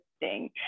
interesting